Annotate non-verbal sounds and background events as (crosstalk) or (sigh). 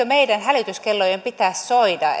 (unintelligible) meidän hälytyskellojen pitäisi soida (unintelligible)